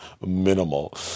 minimal